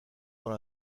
dans